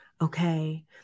okay